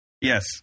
Yes